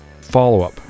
follow-up